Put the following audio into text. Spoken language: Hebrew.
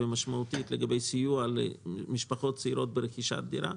ומשמעותית לגבי סיוע למשפחות צעירות ברכישת דירה,